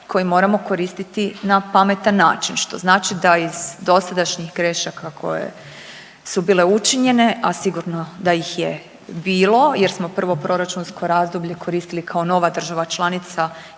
koji moramo koristiti na pametan način što znači da iz dosadašnjih grešaka koje su bile učinjene, a sigurno da ih je bilo jer smo prvo proračunsko razdoblje koristili kao nova država članica